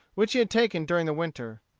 which he had taken during the winter.